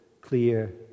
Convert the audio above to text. clear